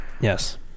Yes